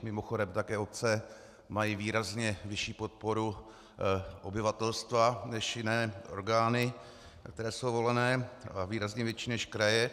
Mimochodem, také obce mají výrazně vyšší podporu obyvatelstva než jiné orgány, které jsou volené, výrazně větší než kraje.